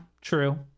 true